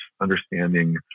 understanding